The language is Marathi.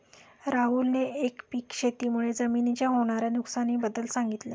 राहुलने एकपीक शेती मुळे जमिनीच्या होणार्या नुकसानी बद्दल सांगितले